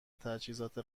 تجهیزات